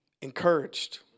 encouraged